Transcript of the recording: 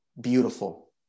beautiful